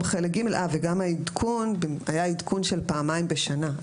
היה עדכון של פעמיים בשנה,